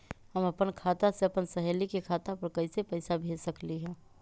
हम अपना खाता से अपन सहेली के खाता पर कइसे पैसा भेज सकली ह?